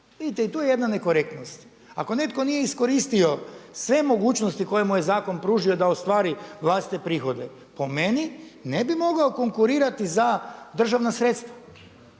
Vidite i tu je jedna nekorektnost. Ako netko nije iskoristio sve mogućnosti koje mu je zakon pružio da ostvari vlastite prihode po meni ne bi mogao konkurirati za državna sredstva,